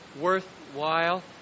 worthwhile